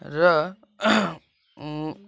र